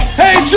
hey